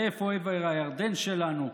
ואיפה עבר הירדן שלנו?